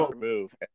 move